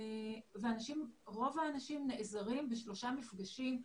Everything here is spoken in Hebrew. רוב האנשים נעזרים בשלושה מפגשים,